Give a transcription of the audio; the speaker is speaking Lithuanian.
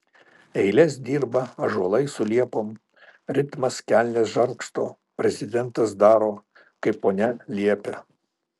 eiles dirba ąžuolai su liepom ritmas kelnes žargsto prezidentas daro kaip ponia liepia